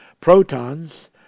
protons